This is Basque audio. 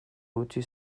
utzi